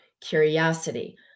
curiosity